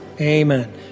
Amen